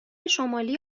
شمالی